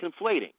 conflating